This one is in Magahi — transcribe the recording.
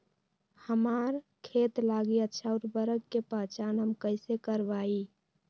हमार खेत लागी अच्छा उर्वरक के पहचान हम कैसे करवाई?